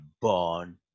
born